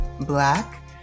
black